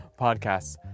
podcasts